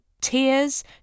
tears